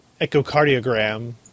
echocardiogram